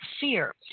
fear